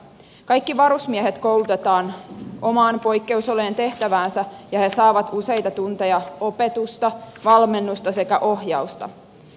kaikki varusmiehet koulutetaan omaan poikkeusolojen tehtäväänsä ja he saavat useita tunteja opetusta valmennusta sekä ohjausta